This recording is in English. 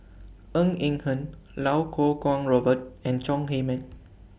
Ng Eng Hen Iau Kuo Kwong Robert and Chong Heman